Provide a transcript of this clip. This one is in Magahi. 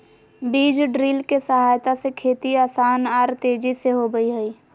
बीज ड्रिल के सहायता से खेती आसान आर तेजी से होबई हई